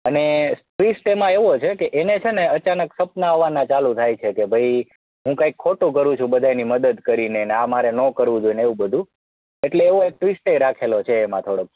અને ટ્વિસ્ટ એમાં એવો છે કે એને છે ને અચાનક સપના આવવાનાં ચાલું થાય છે કે ભાઈ હું કાંઈક ખોટું કરું છું બધાંયની મદદ કરીને ને આ મારે ન કરવું જોઈએ ને એવું બધુ એટલે એવો ટ્વિસ્ટેય રાખેલો છે એમાં થોડોક